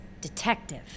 Detective